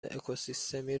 اکوسیستمی